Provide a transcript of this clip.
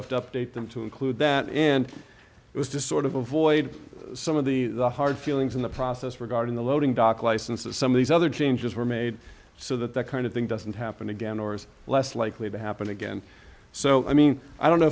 have to update them to include that and it was just sort of avoid some of the the hard feelings in the process regarding the loading dock licenses some of these other changes were made so that that kind of thing doesn't happen again or is less likely to happen again so i mean i don't know